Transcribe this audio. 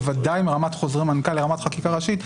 בוודאי מרמת חוזרי מנכ"ל לרמת חקיקה ראשית,